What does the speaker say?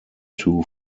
two